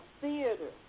theater